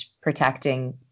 protecting